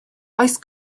oes